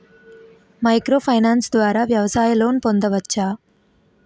Micro finance ద్వారా వ్యవసాయ loan పొందవచ్చా?